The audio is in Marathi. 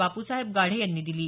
बापूसाहेब गाढे यांनी दिली आहे